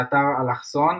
באתר "אלכסון",